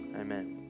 Amen